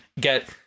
get